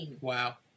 wow